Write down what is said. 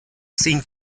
sin